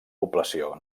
població